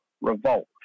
revolt